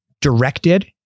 directed